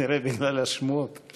כנראה בגלל השמועות.